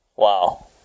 wow